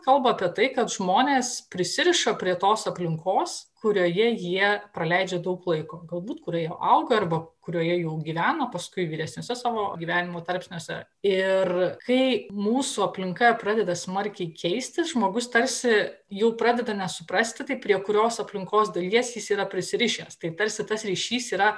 kalba apie tai kad žmonės prisiriša prie tos aplinkos kurioje jie praleidžia daug laiko galbūt kurioje auga arba kurioje jau gyveno paskui vyresniuose savo gyvenimo tarpsniuose ir kai mūsų aplinka pradeda smarkiai keistis žmogus tarsi jauų pradeda nesuprasti tai prie kurios aplinkos dalies jis yra prisirišęs tai tarsi tas ryšys yra